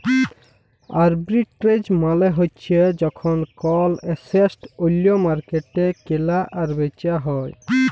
arbitrage মালে হ্যচ্যে যখল কল এসেট ওল্য মার্কেটে কেলা আর বেচা হ্যয়ে